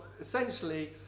essentially